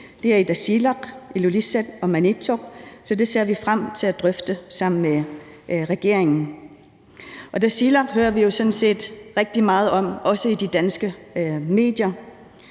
MIO, er Tasiilaq, Ilulissat og Maniitsoq, så vi ser frem til at drøfte det sammen med regeringen. Tasiilaq hører vi sådan set rigtig meget om, også i de danske medier,